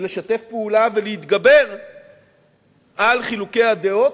ולשתף פעולה ולהתגבר על חילוקי הדעות,